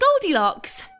Goldilocks